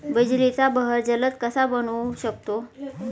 बिजलीचा बहर जलद कसा बनवू शकतो?